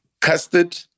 custard